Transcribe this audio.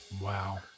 Wow